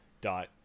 dot